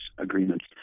agreements